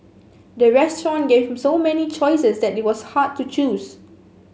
the restaurant gave so many choices that it was hard to choose